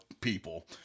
people